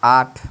আঠ